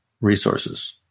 resources